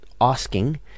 asking